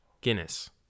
Guinness